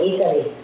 Italy